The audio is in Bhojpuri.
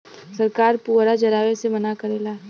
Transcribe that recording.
सरकार पुअरा जरावे से मना करेला